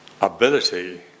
ability